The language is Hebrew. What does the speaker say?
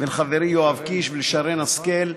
ולחברי יואב קיש ולשרן השכל: